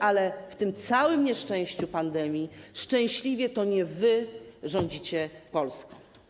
Ale w tym całym nieszczęściu pandemii szczęśliwie to nie wy rządzicie Polską.